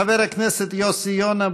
חבר הכנסת יוסי יונה,